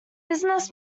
business